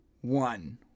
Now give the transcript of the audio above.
one